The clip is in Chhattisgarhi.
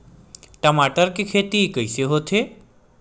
टमाटर के खेती कइसे होथे?